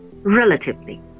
relatively